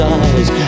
eyes